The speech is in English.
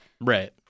right